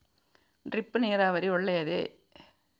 Drip ನೀರಾವರಿ ಒಳ್ಳೆಯದೇ?